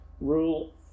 rule